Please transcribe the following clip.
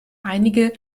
einige